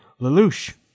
Lelouch